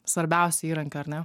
svarbiausių įrankių ar ne